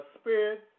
spirit